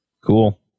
Cool